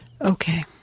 Okay